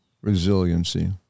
resiliency